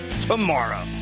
tomorrow